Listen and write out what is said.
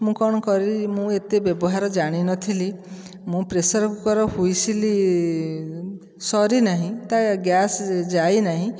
ମୁଁ କ'ଣ କରିଲି ମୁଁ ଏତେ ବ୍ୟବହାର ଜାଣିନଥିଲି ମୁଁ ପ୍ରେସର କୁକର୍ ହ୍ୱିସିଲ୍ ସରିନାହିଁ ତା ଗ୍ୟାସ ଯାଇନାହିଁ